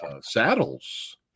saddles